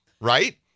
Right